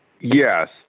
Yes